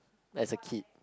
as a kid